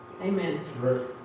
Amen